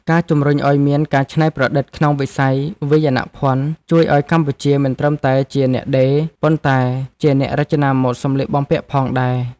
ការជំរុញឱ្យមានការច្នៃប្រឌិតក្នុងវិស័យវាយនភណ្ឌជួយឱ្យកម្ពុជាមិនត្រឹមតែជាអ្នកដេរ ប៉ុន្តែជាអ្នករចនាម៉ូដសម្លៀកបំពាក់ផងដែរ។